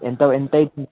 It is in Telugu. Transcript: ఎంత ఎంత